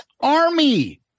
Army